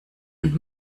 und